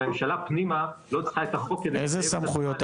הממשלה פנימה לא צריכה את החוק כדי ל --- איזה סמכויות?